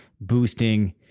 boosting